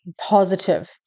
positive